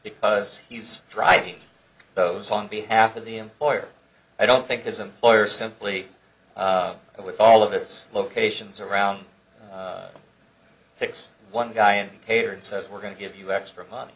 because he's driving those on behalf of the employer i don't think his employer simply with all of its locations around picks one guy and payer and says we're going to give you extra money